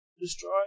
destroy